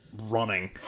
running